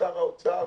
לשר האוצר